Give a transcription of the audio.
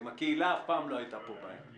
עם הקהילה אף פעם לא הייתה פה בעיה.